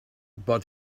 but